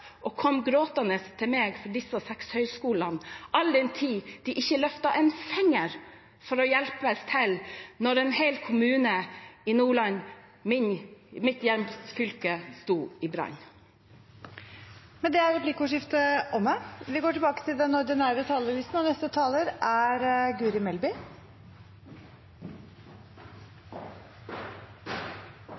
å komme gråtende til meg for disse seks høyskolene, all den tid de ikke løftet en finger for å hjelpe til da en hel kommune i Nordland, mitt hjemfylke, sto i brann. Med det er replikkordskiftet omme. I dag skal vi vedta noe av det aller viktigste for å sikre ungene våre den friheten og